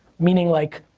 meaning, like,